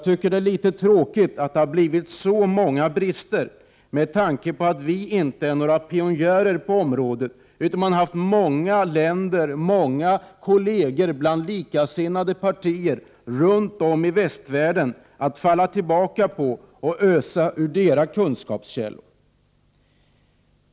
Det är litet tråkigt att det har blivit så många brister, med tanke på att vi i Sverige inte är några pionjärer på området. Det har funnits många kolleger bland likasinnade partier i länder runt om i västvärlden att falla tillbaka på och många kunskapskällor att ösa ur.